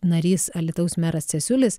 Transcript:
narys alytaus meras cesiulis